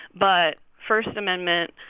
but first amendment,